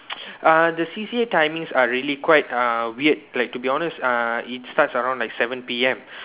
uh the C_C_A timings are really quite uh weird like to be honest it starts around like seven P_M